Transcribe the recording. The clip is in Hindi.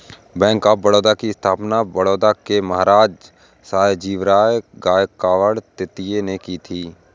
बैंक ऑफ बड़ौदा की स्थापना बड़ौदा के महाराज सयाजीराव गायकवाड तृतीय ने की थी